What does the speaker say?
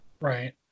Right